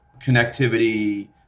connectivity